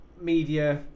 Media